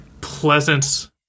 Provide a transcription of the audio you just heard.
pleasant